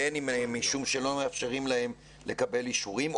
בין אם משום שלא מאפשרים להם לקבל אישורים,